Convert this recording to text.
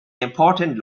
important